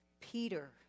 Peter